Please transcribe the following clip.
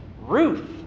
Ruth